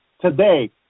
today